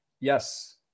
Yes